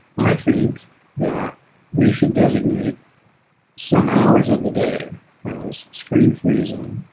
i think that we should designate some hours of the day as screen friesen